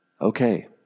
okay